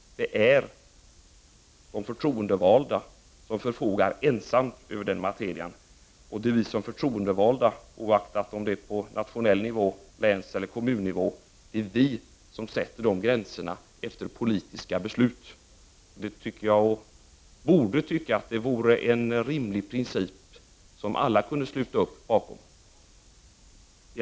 Det är de förtroendevalda ensamma som förfogar över den materien. Det är de förtroendevalda, oaktat om det är på nationell nivå, länseller kommunnivå, som sätter de gränserna efter politiska beslut. Det är en rimlig princip, som alla borde kunna sluta upp bakom.